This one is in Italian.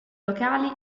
locali